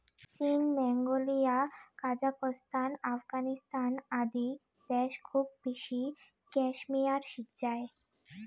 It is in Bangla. চীন, মঙ্গোলিয়া, কাজাকস্তান, আফগানিস্তান আদি দ্যাশ খুব বেশি ক্যাশমেয়ার সিজ্জায়